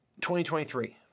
2023